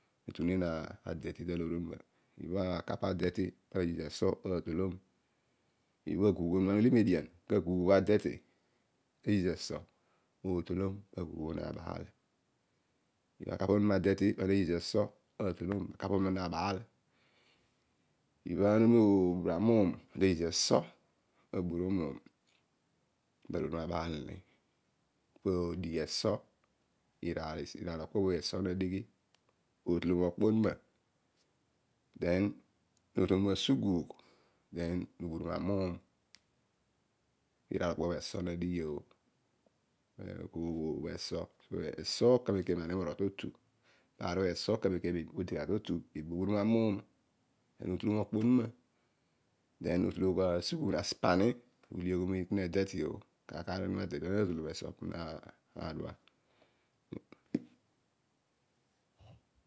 Otughuneen adirty taloor onuna ibha akapa adirty. lo use eso ootolom. ibha ana ule median ka gwugh obho adirty. to use eso ootolom ibha aki akapa onuma adirty pana ta use eso aitolom pa akapa onuma naa- baal. ibha ana uru mobura amuum ana ta use eso aburuom muum pa aloor onuma abaal ni po ogir eso. iraar okpo lo eso nadi ghi po otolologhom olylo onuma then otologhom asuguugh then oburuom amuum pobho eso na dighio eso kamem kamem na neghe gha morol to tu molo oburum amuum. otolom asuguugh. otolom apani obho uliogho kune dirty o. kaar kaar lo ana'atolom eso po na'adua